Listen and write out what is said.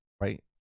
right